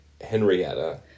Henrietta